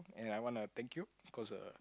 and I wanna thank you of course uh